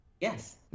Yes